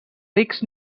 rics